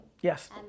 Yes